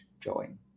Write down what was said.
join